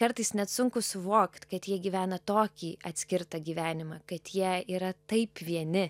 kartais net sunku suvokt kad jie gyvena tokį atskirtą gyvenimą kad jei yra taip vieni